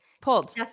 pulled